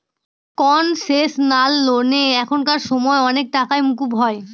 concessional লোনে এখানকার সময় অনেক টাকাই মকুব হয়